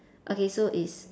okay so it's